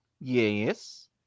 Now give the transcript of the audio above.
Yes